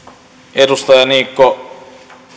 edustaja niikko